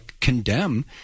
condemn